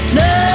no